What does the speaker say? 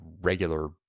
regular